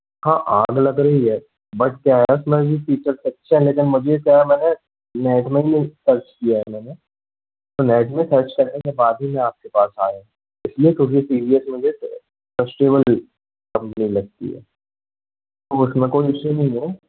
हाँ आग लग रही है बट क्या है ना अपना ये फीचर्स अच्छा है लेकिन मुझे क्या है मैंने नेट में भी सर्च किया है मैंने नेट में सर्च करने के बाद ही मैं आपके पास आया हूँ इसलिए क्योंकि टी वी एस मुझे ट्रस्टबेल कंपनी लगती है उसमें कोई इशू नहीं है